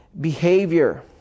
behavior